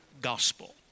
gospel